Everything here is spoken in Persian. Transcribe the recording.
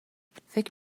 فکر